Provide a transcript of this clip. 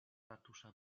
ratusza